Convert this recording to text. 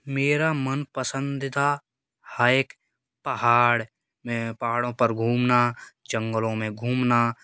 मेरा मन पसंदीदा हाइक पहाड़ में है पहाड़ों पर घूमना जंगलों में घूमना